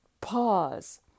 pause